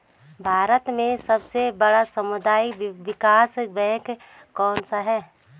भारत में सबसे बड़ा सामुदायिक विकास बैंक कौनसा है?